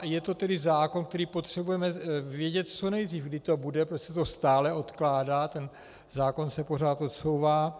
Je to tedy zákon, který potřebujeme vědět co nejdřív, kdy to bude, protože se to stále odkládá, ten zákon se pořád odsouvá.